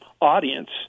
audience